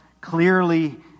clearly